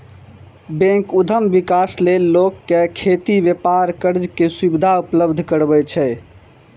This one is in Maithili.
बैंक उद्यम विकास लेल लोक कें खेती, व्यापार खातिर कर्ज के सुविधा उपलब्ध करबै छै